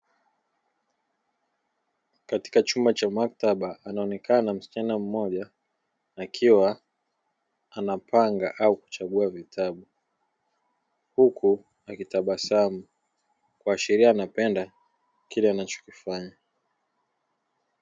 Katika chumba cha maktaba anaonekana msichana mmoja akiwa anapanga au kuchagua vitabu huku akitabasamu, kuashiria anapenda kile anachokifanya.